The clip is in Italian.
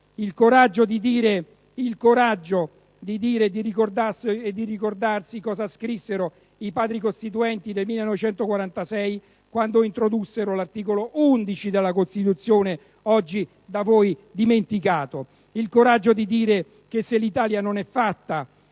il coraggio di ricordarsi cosa scrissero i Padri costituenti nel 1946 quando introdussero l'articolo 11 nella Costituzione, oggi da voi dimenticato. Il coraggio di dire che se l'Italia non è fatta